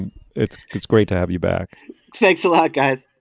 and it's it's great to have you back thanks a lot guys